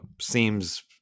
seems